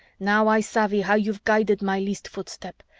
now i savvy how you've guided my least footstep,